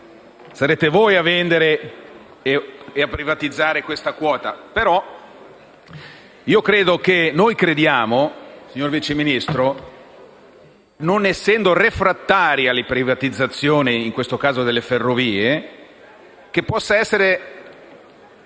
sarete voi a vendere e a privatizzare questa quota - però crediamo, signor Vice Ministro, non essendo refrattari alle privatizzazioni, in questo caso delle ferrovie - che questa possa essere